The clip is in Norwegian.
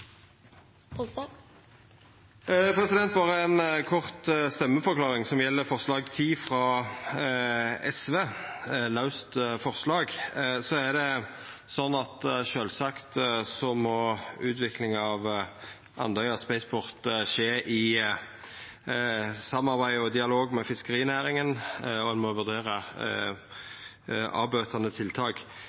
har berre ei kort stemmeforklaring som gjeld forslag nr. 10, frå SV, eit laust forslag. Sjølvsagt må utviklinga av Andøya Spaceport skje i samarbeid og dialog med fiskerinæringa, og ein må vurdera avbøtande tiltak.